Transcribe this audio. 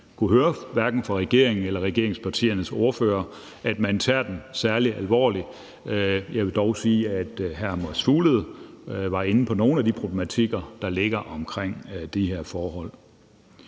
hverken fra regeringen eller regeringspartiernes ordførere, at man tager den særlig alvorligt. Jeg vil dog sige, at hr. Mads Fuglede var inde på nogle af de problematikker, der ligger omkring de her forhold.